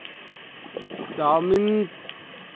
chowmein